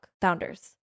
founders